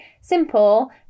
simple